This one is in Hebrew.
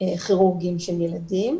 וכירורגים של ילדים.